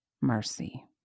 mercy